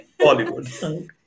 Bollywood